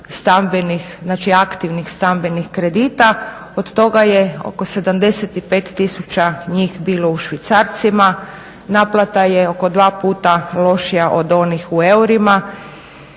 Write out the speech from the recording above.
stambenih, znači aktivnih stambenih kredita. Od toga je oko 75 tisuća njih bilo u švicarcima. Naplata je oko dva puta lošija od onih u eurima.